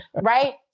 right